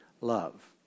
love